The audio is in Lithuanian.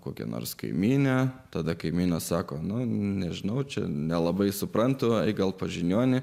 kokią nors kaimynę tada kaimynas sako nu nežinau čia nelabai suprantu gal pas žiniuonį